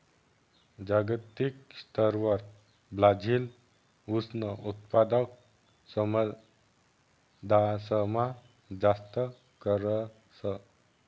जागतिक स्तरवर ब्राजील ऊसनं उत्पादन समदासमा जास्त करस